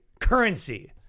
currency